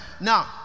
Now